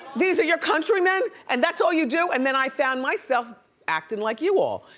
these are your countrymen, and that's all you do? and then i found myself acting like you all,